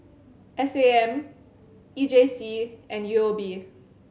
S A M E J C and U O B